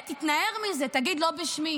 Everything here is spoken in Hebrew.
תתנער מזה, תגיד: לא בשמי.